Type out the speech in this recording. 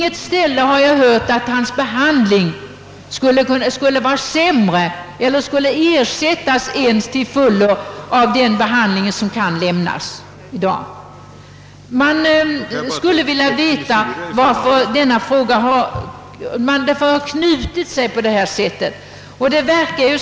Ej heller har jag hört att Bellmans behandling till fullo skulle ersättas av den som lämnas av andra i dag. Varför har det då knutit sig på detta sätt?